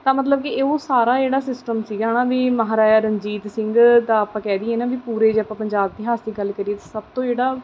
ਤਾਂ ਮਤਲਬ ਕਿ ਉਹ ਸਾਰਾ ਜਿਹੜਾ ਸਿਸਟਮ ਸੀਗਾ ਹੈ ਨਾ ਵੀ ਮਹਾਰਾਜਾ ਰਣਜੀਤ ਸਿੰਘ ਦਾ ਆਪਾਂ ਕਹਿ ਦਈਏ ਨਾ ਵੀ ਪੂਰੇ ਜੇ ਆਪਾਂ ਪੰਜਾਬ ਇਤਿਹਾਸ ਦੀ ਗੱਲ ਕਰੀਏ ਸਭ ਤੋਂ ਜਿਹੜਾ